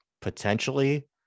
potentially